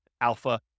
alpha